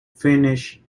finnish